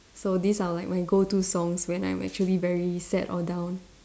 so these are like my go to songs when I'm actually very sad or down